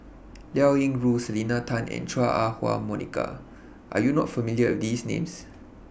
Liao Yingru Selena Tan and Chua Ah Huwa Monica Are YOU not familiar with These Names